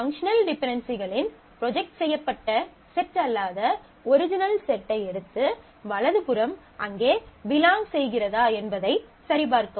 functional டிபென்டென்சிகளின் project செய்யப்பட்ட set அல்லாத ஒரிஜினல் செட்டை எடுத்து வலது புறம் அங்கே பிலாங் செய்கிறதா என்பதை சரிபார்க்கவும்